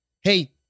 Hey